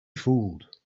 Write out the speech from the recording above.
fooled